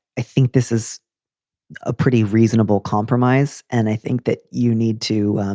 i think this is a pretty reasonable compromise. and i think that you need to.